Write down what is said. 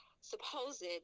supposed